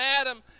Adam